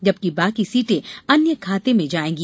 जबकि बाकी सीटें अन्य खाते में जायेंगी